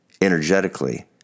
energetically